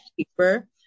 cheaper